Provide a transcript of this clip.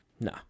No